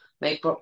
make